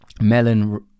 melon